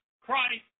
Christ